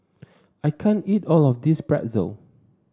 I can't eat all of this Pretzel